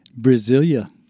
Brasilia